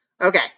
Okay